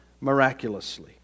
miraculously